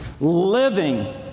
living